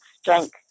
strength